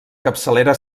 capçalera